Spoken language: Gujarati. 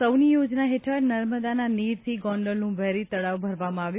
સૌની યોજના હેઠળ નર્મદાના નીરથી ગોંડલનું વેરી તળાવ ભરવામાં આવ્યું